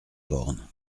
borne